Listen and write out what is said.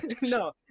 No